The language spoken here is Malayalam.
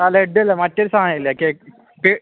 ആ ലെഡ്ഡല്ല മറ്റൊരു സാധനവില്ലേ കേക്ക് ട്